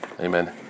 Amen